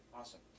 awesome